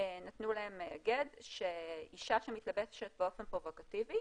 נתנו להם היגד שאישה שמתלבשת באופן פרובוקטיבי